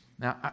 Now